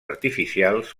artificials